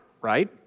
right